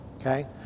okay